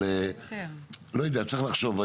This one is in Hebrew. אבל, לא יודע, צריך לחשוב.